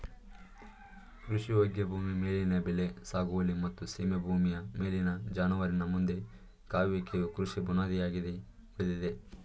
ಕೃಷಿಯೋಗ್ಯ ಭೂಮಿ ಮೇಲಿನ ಬೆಳೆ ಸಾಗುವಳಿ ಮತ್ತು ಸೀಮೆ ಭೂಮಿಯ ಮೇಲಿನ ಜಾನುವಾರಿನ ಮಂದೆ ಕಾಯುವಿಕೆಯು ಕೃಷಿ ಬುನಾದಿಯಾಗಿ ಉಳಿದಿದೆ